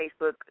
Facebook